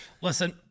Listen